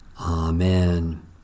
Amen